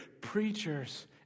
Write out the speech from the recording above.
preachers